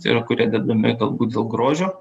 tai yra kurie dedami galbūt dėl grožio